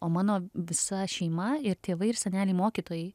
o mano visa šeima ir tėvai ir seneliai mokytojai